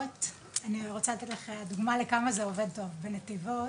אני רוצה לתת לך דוגמא לכמה זה עובד טוב, בנתיבות